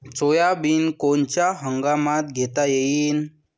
Soybean कोनच्या हंगामात घेता येईन?